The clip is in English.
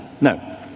No